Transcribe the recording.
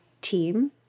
team